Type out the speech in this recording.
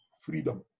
freedom